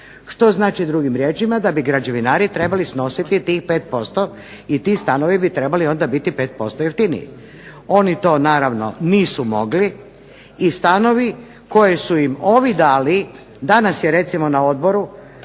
što znači drugim riječima da bi građevinari trebali snositi tih 5% i ti stanovi bi trebali onda biti 5% jeftiniji. Oni to naravno nisu mogli i stanovi koje su im ovi dali, danas je recimo na Odboru